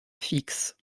fixe